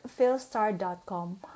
Philstar.com